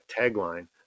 tagline